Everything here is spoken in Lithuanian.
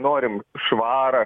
norim švarą